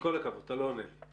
עם כל הכבוד, אתה לא עונה לי.